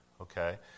okay